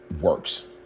works